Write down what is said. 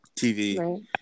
TV